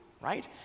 right